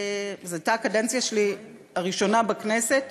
זו הייתה הקדנציה הראשונה שלי בכנסת,